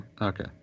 Okay